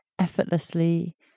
Effortlessly